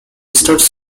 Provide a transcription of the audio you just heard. starts